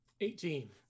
Eighteen